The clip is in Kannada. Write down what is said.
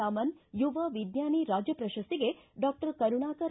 ರಾಮನ್ ಯುವ ವಿಜ್ಞಾನಿ ರಾಜ್ಯ ಪ್ರಶಸ್ತಿಗೆ ಡಾಕ್ಟರ್ ಕರುಣಾಕರ